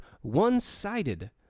one-sided